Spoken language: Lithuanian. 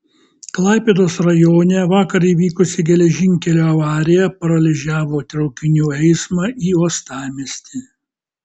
klaipėdos rajone vakar įvykusi geležinkelio avarija paralyžiavo traukinių eismą į uostamiestį